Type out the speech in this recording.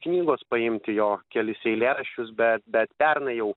knygos paimti jo kelis eilėraščius bet bet pernai jau